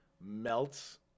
melts